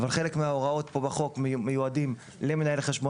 חלק מההוראות בחוק מיועדות למנהל חשבונות